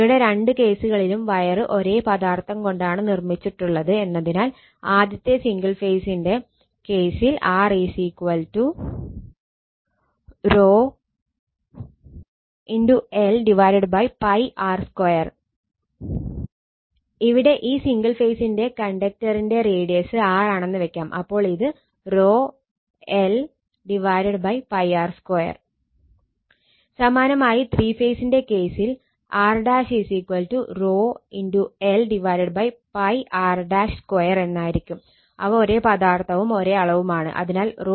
ഇവിടെ രണ്ട് കേസുകളിലും വയറ് ഒരേ പദാർത്ഥം കൊണ്ടാണ് നിർമ്മിച്ചിട്ടുള്ളത് എന്നതിനാൽ ആദ്യത്തെ സിംഗിൾ ഫേസിന്റെ കേസിൽ R ⍴ l 𝜋 r2 ഇവിടെ ഈ സിംഗിൾ ഫേസിന്റെ കണ്ടക്റ്ററിന്റെ റേഡിയസ് r ആണെന്ന് വെക്കാം അപ്പോൾ ഇത് ⍴l 𝜋 r2